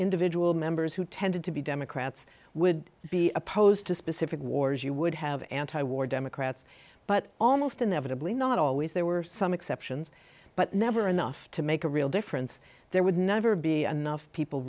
individual members who tended to be democrats would be opposed to specific wars you would have anti war democrats but almost inevitably not always there were some exceptions but never enough to make a real difference there would never be enough people